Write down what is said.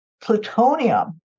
plutonium